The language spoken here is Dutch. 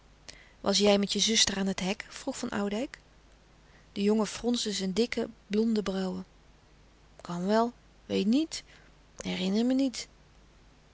was jij met je zuster aan het hek vroeg van oudijck de jongen fronsde zijn dikke blonde brauwen kan wel weet niet herinner me niet